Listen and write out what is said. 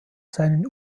seinen